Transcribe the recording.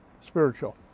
spiritual